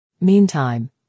Meantime